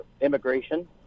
immigration